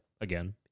again